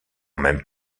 même